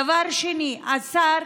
דבר שני, השר